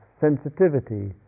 sensitivity